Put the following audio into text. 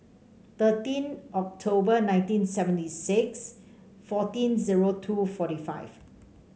thirteen October nineteen seventy six sixteen zero two forty five